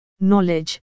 Knowledge